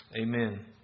Amen